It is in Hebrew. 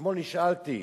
אתמול נשאלתי: